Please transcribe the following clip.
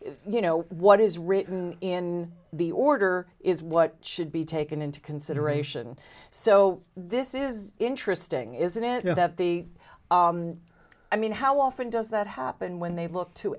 you know what is written in the order is what should be taken into consideration so this is interesting isn't it that the i mean how often does that happen when they look to